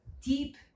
deep